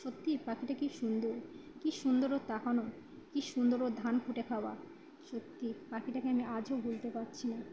সত্যিই পাখিটা কী সুন্দর কী সুন্দর ওর তাকানো কী সুন্দর ও ধান খুটে খাওয়া সত্যি পাখিটাকে আমি আজও ভুলতে পারছি না